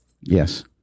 Yes